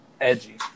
Edgy